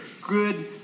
good